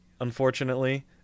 unfortunately